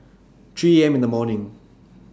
three A M This morning